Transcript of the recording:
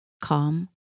calm